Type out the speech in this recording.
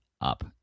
up